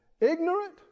ignorant